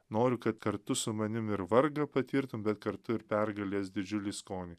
noriu kad kartu su manim ir vargą patirtum bet kartu ir pergalės didžiulį skonį